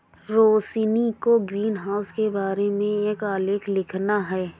रोशिनी को ग्रीनहाउस के बारे में एक आलेख लिखना है